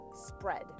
spread